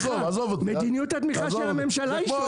מדיניות התמיכה של הממשלה השתנה.